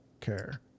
care